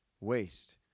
Waste